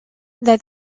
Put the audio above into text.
that